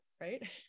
right